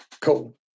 Cool